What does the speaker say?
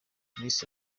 miss